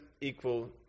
equal